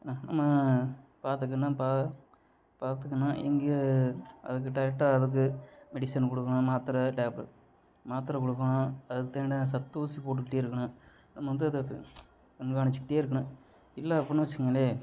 என்னா நம்ம பார்த்துக்கணும் பா பார்த்துக்கணும் இங்கே அதுக்கு டெரெக்டாக இருக்கு மெடிஷன் கொடுக்கணும் மாத்திரை டேப்லெட் மாத்திரை கொடுக்கணும் அதுக்கு தேவையானதை சத்து ஊசி போட்டுக்கிட்டே இருக்கணும் நம்ம வந்து அதை கண்காணிச்சிக்கிட்டே இருக்கணும் இல்லை அப்பின்னா வச்சுக்கோங்களேன்